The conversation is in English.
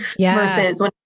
Versus